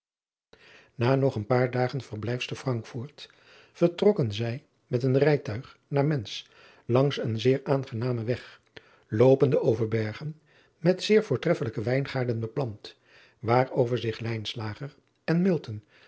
a nog een paar dagenrverblijfs te rankfort vertrokken zij met een rijtuig naar entz langs een zeer aangenamen weg loopende over bergen met zeer voortreffelijke wijngaarden beplant waarover zich en